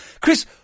Chris